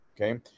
Okay